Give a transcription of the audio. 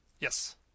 Yes